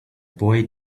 boy